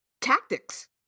tactics